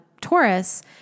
Taurus